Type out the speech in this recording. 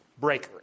breaker